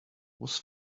was